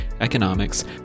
economics